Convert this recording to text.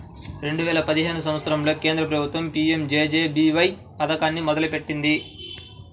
రెండేల పదిహేను సంవత్సరంలో కేంద్ర ప్రభుత్వం పీ.యం.జే.జే.బీ.వై పథకాన్ని మొదలుపెట్టింది